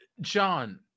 John